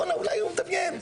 בואנה אולי הוא מדמיין.